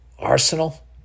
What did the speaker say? Arsenal